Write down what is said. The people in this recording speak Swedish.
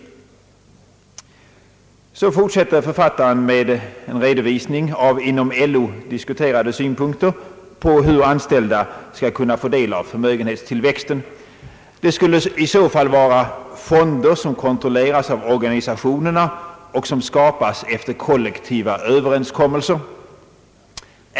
Så fortsätter författaren med en redovisning av inom LO diskuterade synpunkter på hur anställda skall kunna få del av förmögenhetstillväxten. Det skulle i så fall vara fonder, som kontrolleras av organisationerna och som skapas efter kollektiva överenskommelser.